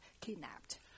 kidnapped